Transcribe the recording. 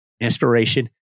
inspiration